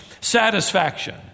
satisfaction